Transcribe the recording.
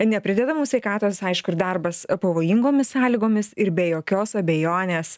neprideda mum sveikatos aišku ir darbas pavojingomis sąlygomis ir be jokios abejonės